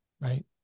right